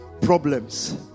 Problems